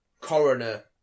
coroner